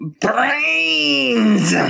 brains